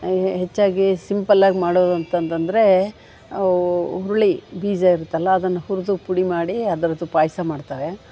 ಹೆಚ್ಚಾಗಿ ಸಿಂಪಲ್ಲಾಗಿ ಮಾಡೋ ಅಂಥ ಅಂತಂದ್ರೆ ಅವು ಹುರುಳಿ ಬೀಜ ಇರುತ್ತಲ್ವ ಅದನ್ನು ಹುರಿದು ಪುಡಿ ಮಾಡಿ ಅದರದ್ದು ಪಾಯಸ ಮಾಡ್ತಾರೆ